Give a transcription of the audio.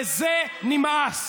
וזה נמאס.